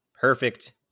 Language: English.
perfect